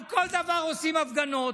על כל דבר עושים הפגנות.